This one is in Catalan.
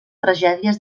tragèdies